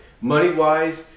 money-wise